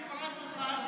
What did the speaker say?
הציבור יבעט אותך, אל תדאג.